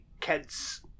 kids